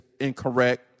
incorrect